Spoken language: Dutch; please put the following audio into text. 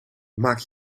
maak